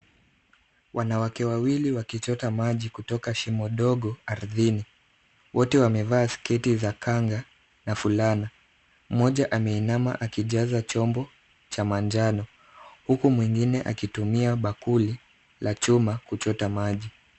Wanawake wawili wakichota maji kutoka shimo ndogo ardhini. Wote wamevaa sketi za kanga na fulana. Mmoja ameinama akijaza chombo cha manjano huku mwingine akitumia bakuli la chuma kuchota maji.